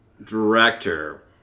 Director